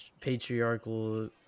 patriarchal